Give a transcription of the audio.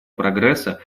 прогресса